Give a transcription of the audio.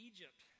Egypt